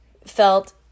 felt